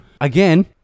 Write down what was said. Again